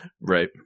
Right